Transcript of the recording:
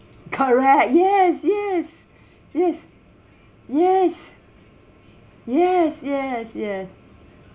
correct yes yes yes yes yes yes yes